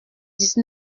dix